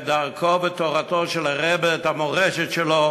את דרכו ותורתו של הרבי, את המורשת שלו,